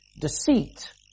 deceit